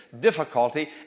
difficulty